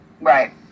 right